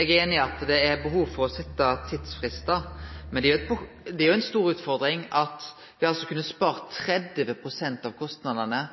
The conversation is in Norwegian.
Eg er einig i at det er behov for setje tidsfristar, men det er jo ei stor utfordring at me altså kunne ha spart 30 pst. av kostnadene